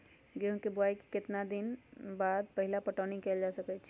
गेंहू के बोआई के केतना दिन बाद पहिला पटौनी कैल जा सकैछि?